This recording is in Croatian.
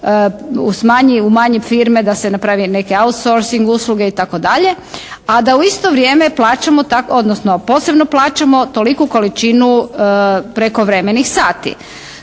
u manje firme. Da se napravi neki «out sourcing» usluge i tako dalje. A da u isto vrijeme plaćamo odnosno posebno plaćamo toliku količinu prekovremenih sati.